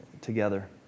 together